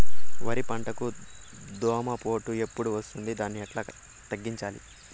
వరి పంటకు దోమపోటు ఎప్పుడు వస్తుంది దాన్ని ఎట్లా తగ్గించాలి?